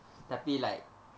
tapi like